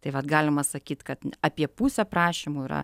tai vat galima sakyt kad apie pusę prašymų yra